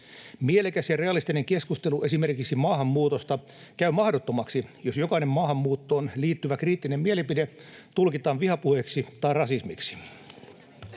Mielekäs ja realistinen keskustelu esimerkiksi maahanmuutosta käy mahdottomaksi, jos jokainen maahanmuuttoon liittyvä kriittinen mielipide tulkitaan vihapuheeksi tai rasismiksi.